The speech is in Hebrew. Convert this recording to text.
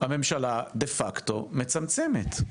הממשלה דה פקטו מצמצמת.